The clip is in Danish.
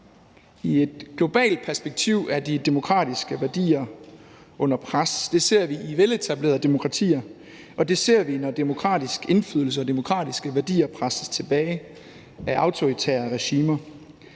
I et globalt perspektiv er de demokratiske værdier under pres; det ser vi i veletablerede demokratier, og det ser vi, når demokratisk indflydelse og demokratiske værdier presses tilbage af autoritære regimer.